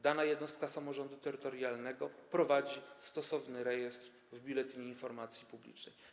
Dana jednostka samorządu terytorialnego może też prowadzić stosowny rejestr w Biuletynie Informacji Publicznej.